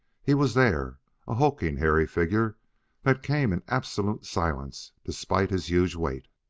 he was there a hulking hairy figure that came in absolute silence despite his huge weight.